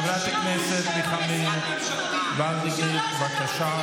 חברת הכנסת מיכל וולדיגר, בבקשה.